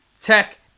tech